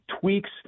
tweaks